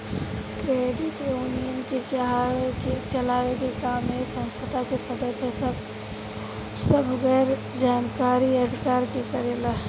credit union के चलावे के काम ए संस्था के सदस्य सभ गैर लाभकारी आधार पर करेले